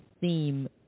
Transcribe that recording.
theme